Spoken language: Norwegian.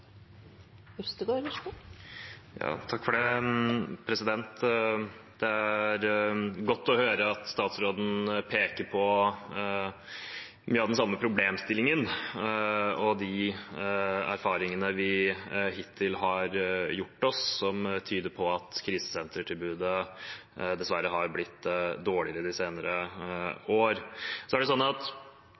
godt å høre at statsråden peker på mye av den samme problemstillingen og de erfaringene vi hittil har gjort oss, som tyder på at krisesentertilbudet dessverre har blitt dårligere de senere år. I loven om krisesentrene står det at krisesentertilbudet skal være et lavterskeltilbud, men vi vet at flere krisesentre har blitt lagt ned, og vi vet at